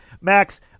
Max